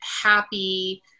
happy